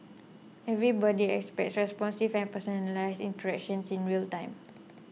everybody expects responsive and personalised interactions in real time